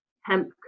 hemp